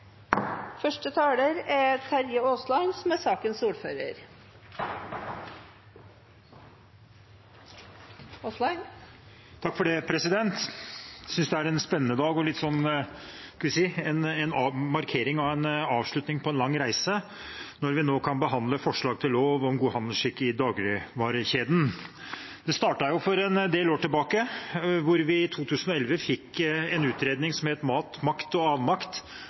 synes det er en spennende dag og – hva skal jeg si – en markering av en avslutning på en lang reise når vi nå kan behandle forslag til lov om god handelsskikk i dagligvarekjeden. Det startet en del år tilbake, da vi i 2011 fikk en utredning som het «Mat, makt og avmakt